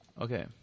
Okay